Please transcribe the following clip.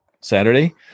Saturday